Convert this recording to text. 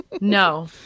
No